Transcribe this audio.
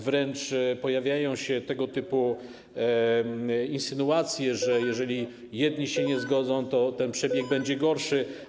Wręcz pojawiają się tego typu insynuacje, że jeżeli jedni się nie zgodzą, to ten przebieg będzie gorszy.